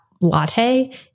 latte